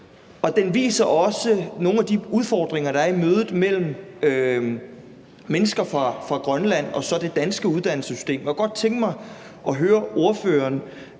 Den viser også nogle af de udfordringer, der er i mødet mellem mennesker fra Grønland og så det danske uddannelsessystem. Jeg kunne godt tænke mig at høre ordføreren,